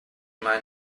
mine